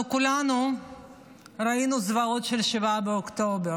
אנחנו כולנו ראינו את הזוועות של 7 באוקטובר,